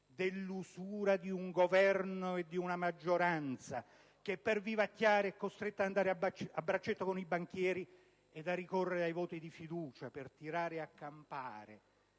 dell'usura di un Governo e di una maggioranza, che, per vivacchiare, sono costretti ad andare a braccetto con i banchieri e a ricorrere ai voti di fiducia per tirare a campare